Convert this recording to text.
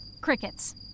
Crickets